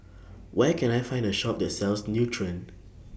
Where Can I Find A Shop that sells Nutren